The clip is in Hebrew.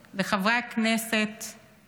לחברי הכנסת,